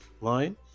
line